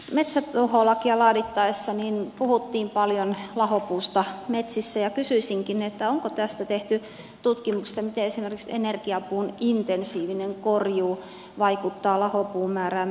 metsätuholakia laadittaessa puhuttiin paljon lahopuusta metsissä ja kysyisinkin onko tästä tehty tutkimuksia miten esimerkiksi energiapuun intensiivinen korjuu vaikuttaa lahopuun määrään metsässä